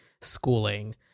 schooling